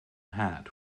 hat